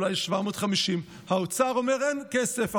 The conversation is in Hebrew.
אולי 750. האוצר אומר: אין כסף,